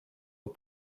aux